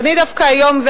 ואני דווקא היום,